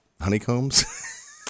honeycombs